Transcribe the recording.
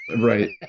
Right